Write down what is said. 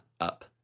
up